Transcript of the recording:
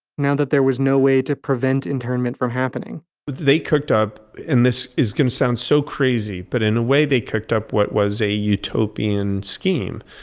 now that there was no way to prevent internment from happening but they cooked up, and this is going to sound so crazy, but in a way they cooked up what was a utopian scheme.